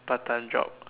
part time job